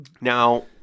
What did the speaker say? Now